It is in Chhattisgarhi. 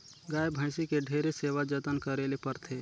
गाय, भइसी के ढेरे सेवा जतन करे ले परथे